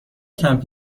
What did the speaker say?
کمپ